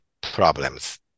problems